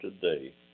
today